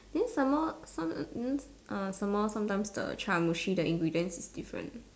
then some more some err some more sometimes the chawanmushi the ingredients is different